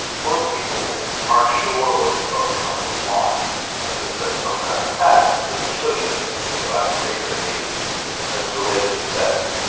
most people aren't sure or they focus on the lines as if that's some kind of pattern because they're so used to thinking about creativity as as related to a step.